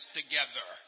together